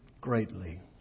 greatly